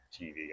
TV